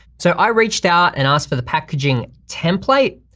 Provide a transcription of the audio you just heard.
so i reached out and asked for the packaging template,